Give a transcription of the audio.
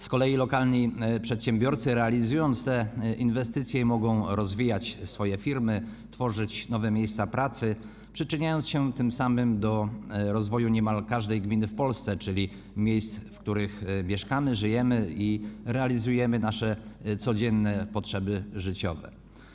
Z kolei lokalni przedsiębiorcy, realizując te inwestycje, mogą rozwijać swoje firmy, tworzyć nowe miejsca pracy i przyczyniać się tym samym do rozwoju niemal każdej gminy w Polsce, czyli miejsc, w których mieszkamy, żyjemy i realizujemy nasze codzienne potrzeby życiowe.